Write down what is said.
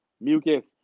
Mucus